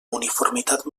uniformitat